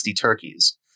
turkeys